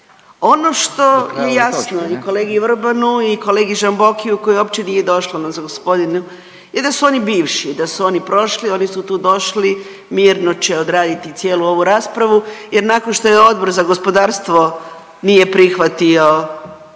Ono što je jasno i kolegi Vrbanu i kolegi Žambokiju koji uopće nije došao … je da su oni bivši da su oni prošli, oni su došli mirno će odraditi cijelu ovu raspravu jer nakon što je Odbor za gospodarstvo nije prihvatio